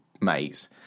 mates